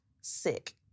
Sick